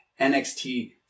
NXT